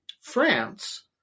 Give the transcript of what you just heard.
France